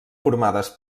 formades